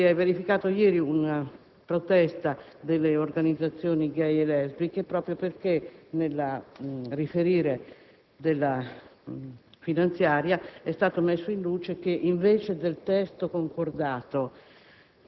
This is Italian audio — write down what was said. mi riferisco ad una protesta delle organizzazioni *gay* e lesbiche proprio perché, nel riferire della finanziaria, è stato messo in luce che, invece del testo concordato